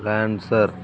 lancer